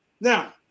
Now